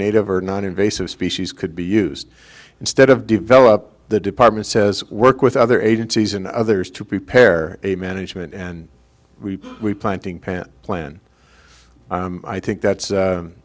native or non invasive species could be used instead of develop the department says work with other agencies and others to prepare a management and we we planting plant plan i think that's